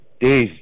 days